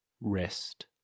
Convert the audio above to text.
Rest